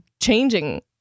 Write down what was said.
changing